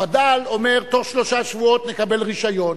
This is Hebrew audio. הווד"ל אומר, בתוך שלושה שבועות נקבל רשיון,